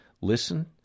listen